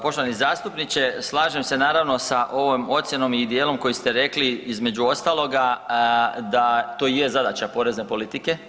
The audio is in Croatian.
Poštovani zastupniče, slažem se naravno sa ovom ocjenom i dijelom koji ste rekli između ostaloga da to je zadaća porezne politike.